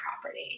property